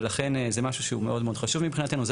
ולכן זה משהו שהוא מאוד חשוב מבחינתנו.